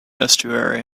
estuary